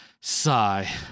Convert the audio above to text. Sigh